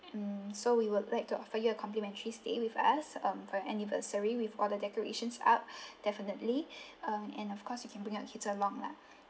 mm so we would like to offer you a complimentary stay with us um for your anniversary with all the decorations up definitely um and of course you can bring your kids along lah